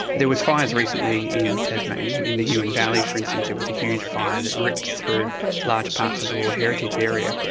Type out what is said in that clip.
there was fires recently in tasmania, in the huon valley for instance there was a huge fire that ripped through large parts of the world heritage area,